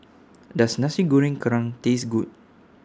Does Nasi Goreng Kerang Taste Good